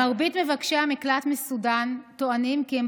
מרבית מבקשי המקלט מסודאן טוענים כי הם